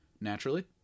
naturally